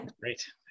Great